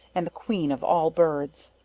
and the queen of all birds.